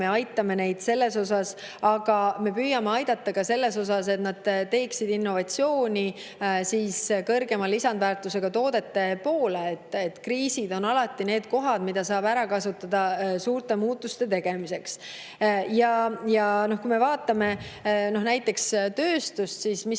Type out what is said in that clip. Me aitame neid selles, aga me püüame aidata ka selles, et nad teeksid innovatsiooni kõrgema lisandväärtusega toodete poole. Kriisid on alati need kohad, mida saab ära kasutada suurte muutuste tegemiseks. Vaatame näiteks tööstust, tööstuse